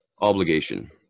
obligation